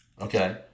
Okay